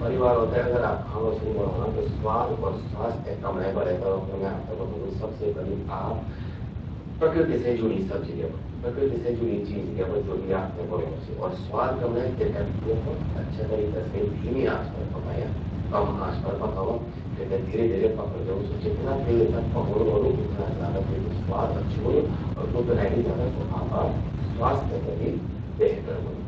परिवारो ते अगर आप खौणो छिन बणौंणा त स्वाद अर स्वास्थ्य कमण्यें बणें ते रौखण मैं आपते बतौणूं छूं। सबसे पलि आप प्रकृति से जुड्यीं सब्जि ल्यावा, प्रकृति से जुड़्यीं चीज ल्यावा ज्वो भी आपते बणौंण चि। और स्वाद कमण्यें..तेते भौत अच्छा से धीमा आंच पर पकाया, कम आंच पर पकावा, तेते धीरे धीरे पकणं द्यावा। स्वो जितना पकणूं रौलू, तेकू स्वाद उतना अच्छू ह्वोलु और उतना ही ज्यादा स्वो आपा स्वास्थ्य ते भी बेहतर ह्वोलु।